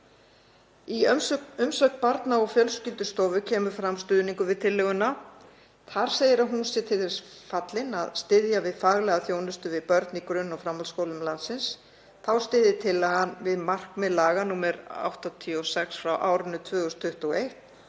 Í umsögn Barna- og fjölskyldustofu kemur fram stuðningur við tillöguna. Þar segir að hún sé til þess fallin að styðja við faglega þjónustu við börn í grunn- og framhaldsskólum landsins. Þá styðji tillagan við markmið laga nr. 86/2021,